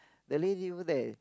the lady over there